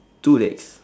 two legs